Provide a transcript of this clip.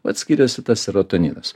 vat skiriasi tas serotoninas